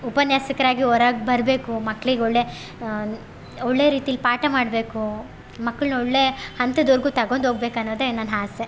ಉಪನ್ಯಾಸಕರಾಗಿ ಹೊರಗ್ ಬರಬೇಕು ಮಕ್ಳಿಗೆ ಒಳ್ಳೆ ಒಳ್ಳೆ ರೀತಿಲಿ ಪಾಠ ಮಾಡ್ಬೇಕು ಮಕ್ಕಳನ್ನ ಒಳ್ಳೆ ಹಂತದವರ್ಗು ತಗೊಂಡ್ ಹೋಗ್ಬೇಕ್ ಅನ್ನೋದೆ ನನ್ನ ಆಸೆ